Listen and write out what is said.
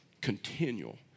continual